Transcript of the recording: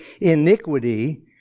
iniquity